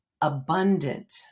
abundant